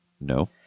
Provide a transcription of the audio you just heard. No